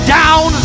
down